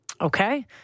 Okay